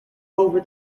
over